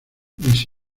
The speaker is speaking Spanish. luis